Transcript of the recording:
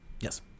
Yes